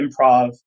improv